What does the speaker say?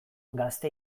gazte